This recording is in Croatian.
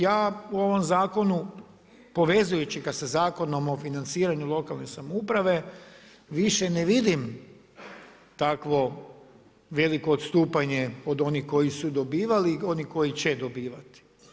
Ja u ovom zakonu povezujući ga sa zakonom o financiranju lokalne samouprave više ne vidim takvo veliko odstupanje od onih koji su dobivali i onih koji će dobivati.